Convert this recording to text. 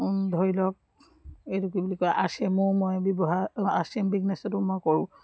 ধৰি লওক এইটো কি বুলি কয় আৰ চি এমো মই ব্যৱহাৰ আৰ চি এম বিজনেছতো মই কৰোঁ